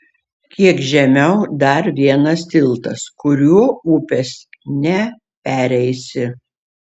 kiek žemiau dar vienas tiltas kuriuo upės nepereisi